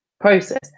process